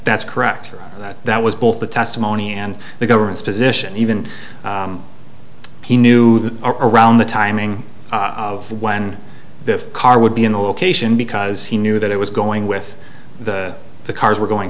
that's correct that that was both the testimony and the government's position even he knew around the timing of when the car would be in the location because he knew that it was going with the the cars were going